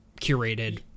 curated